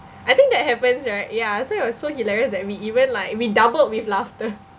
I think that happens right ya so it was so hilarious that we even like we doubled with laughter